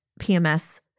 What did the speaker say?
PMS